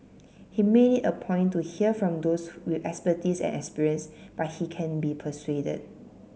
he made it a point to hear from those with expertise and experience but he can be persuaded